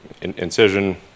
incision